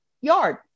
yard